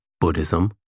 Buddhism